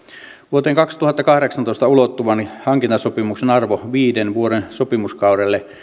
vuoteen kaksituhattakahdeksantoista ulottuvan hankintasopimuksen arvo viiden vuoden sopimuskaudelle